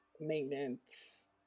maintenance